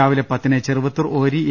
രാവിലെ പത്തിന് ചെറുവത്തൂർ ഓരി എ